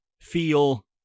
feel